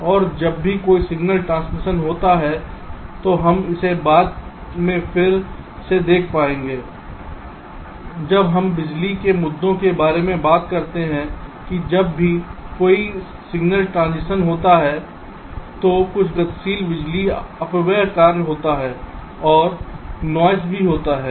और जब भी कोई सिगनल ट्रांसमिशन होता है तो हम इसे बाद में फिर से देख पाएंगे जब हम बिजली के मुद्दों के बारे में बात करते हैं कि जब भी कोई सिगनल ट्रांसमिशन होता है तो कुछ गतिशील बिजली अपव्यय कार्य होता है और नॉइस भी होता है